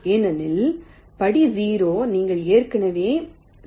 ஏனெனில் படி 0 நீங்கள் ஏற்கனவே செய்துள்ளீர்கள்